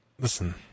Listen